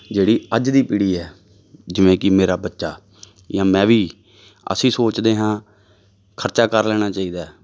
ਜਿਹੜੀ ਅੱਜ ਦੀ ਪੀੜ੍ਹੀ ਹੈ ਜਿਵੇਂ ਕਿ ਮੇਰਾ ਬੱਚਾ ਜਾਂ ਮੈਂ ਵੀ ਅਸੀਂ ਸੋਚਦੇ ਹਾਂ ਖਰਚਾ ਕਰ ਲੈਣਾ ਚਾਹੀਦਾ